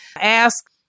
ask